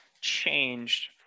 changed